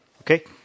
Okay